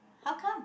how come